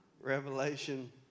Revelation